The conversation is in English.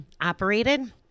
operated